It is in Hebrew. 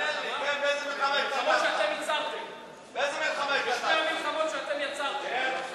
בשתי המלחמות שאתם יצרתם.